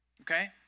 okay